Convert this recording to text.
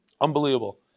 Unbelievable